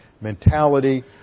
mentality